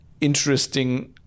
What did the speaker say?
interesting